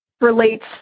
relates